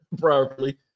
properly